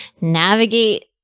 navigate